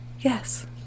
Yes